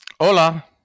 Hola